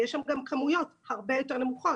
ויש שם גם כמויות הרבה יותר נמוכות.